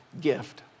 gift